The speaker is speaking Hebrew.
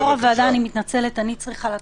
יושב-ראש הוועדה, אני מתנצלת, אני צריכה לנסות.